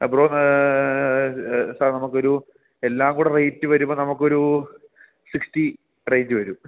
bro പ്പ നമക്കൊരു എല്ലാങ്കൂടെ റേറ്റ് വരുമ്പൊ നമക്കൊരൂ സിക്സ്റ്റി റേഞ്ച് വരും